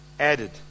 added